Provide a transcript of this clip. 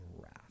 wrath